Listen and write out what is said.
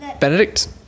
Benedict